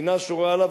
שכינה שורה עליו.